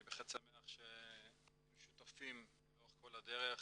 אני בהחלט שמח שהיינו שותפים לאורך כל הדרך